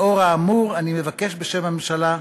לאור האמור, אני מבקש, בשם הממשלה,